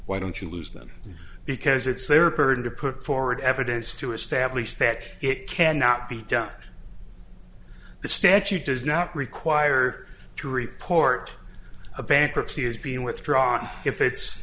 why don't you lose them because it's their burden to put forward evidence to establish that it cannot be done statute does not require to report a bankruptcy is being withdrawn if it's